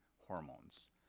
hormones